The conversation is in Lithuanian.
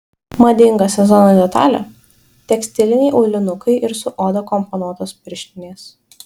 madinga sezono detalė tekstiliniai aulinukai ir su oda komponuotos pirštinės